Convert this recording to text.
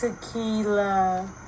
tequila